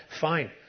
fine